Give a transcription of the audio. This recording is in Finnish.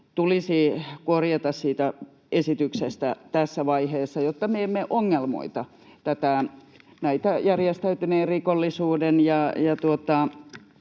tulisi korjata siitä esityksestä tässä vaiheessa, jotta me emme ongelmoita tätä, näitä järjestäytyneen rikollisuuden